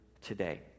today